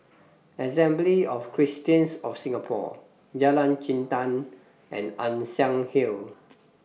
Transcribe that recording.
Assembly of Christians of Singapore Jalan Jintan and Ann Siang Hill